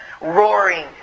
roaring